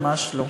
ממש לא.